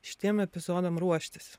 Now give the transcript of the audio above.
šitiem epizodam ruoštis